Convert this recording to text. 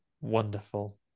Wonderful